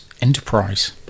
enterprise